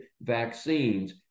vaccines